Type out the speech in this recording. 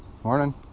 Morning